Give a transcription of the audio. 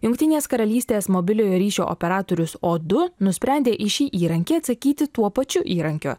jungtinės karalystės mobiliojo ryšio operatorius o du nusprendė į šį įrankį atsakyti tuo pačiu įrankiu